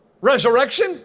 resurrection